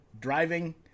driving